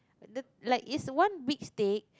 the like it's one big steak